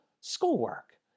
schoolwork